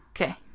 Okay